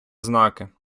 знаки